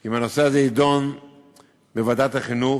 אם הנושא הזה יידון בוועדת החינוך,